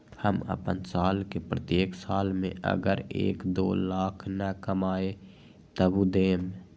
हम अपन साल के प्रत्येक साल मे अगर एक, दो लाख न कमाये तवु देम?